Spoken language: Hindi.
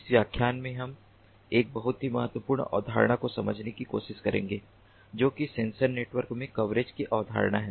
इस व्याख्यान में हम एक बहुत ही महत्वपूर्ण अवधारणा को समझने की कोशिश करेंगे जो कि सेंसर नेटवर्क में कवरेज की अवधारणा है